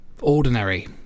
ordinary